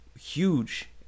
huge